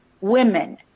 women